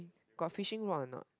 got fishing rod a knot